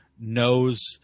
knows